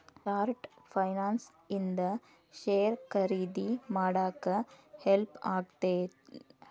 short finance ಇಂದ share ಖರೇದಿ ಮಾಡಾಕ ಹೆಲ್ಪ್ ಆಗತ್ತೇನ್